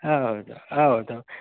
ಹೌದು ಹೌದು